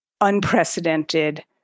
unprecedented